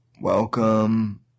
Welcome